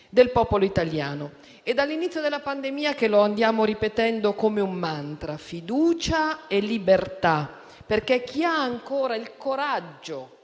del popolo italiano. È dall'inizio della pandemia che lo andiamo ripetendo come un mantra: «fiducia e libertà», perché chi ha ancora il coraggio